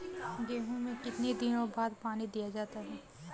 गेहूँ में कितने दिनों बाद पानी दिया जाता है?